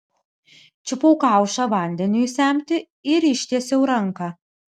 čiupau kaušą vandeniui semti ir ištiesiau ranką